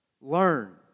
Learn